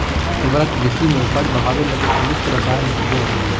उर्वरक कृषि में उपज बढ़ावे लगी प्रयुक्त रसायन होबो हइ